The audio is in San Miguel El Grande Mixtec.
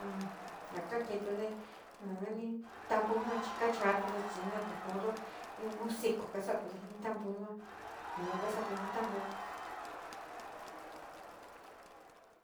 A ka kíitude ja nananí tambu yua chí kacha´atude chí nato modo ni música saoratude jí tambu yua, yua kasatude jí tambuun.